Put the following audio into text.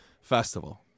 festival